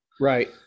Right